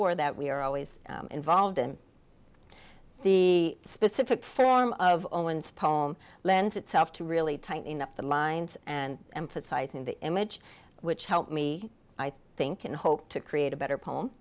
war that we are always involved in the specific form of omens poem lends itself to really tightening up the lines and emphasizing the image which helped me i think and hope to create a better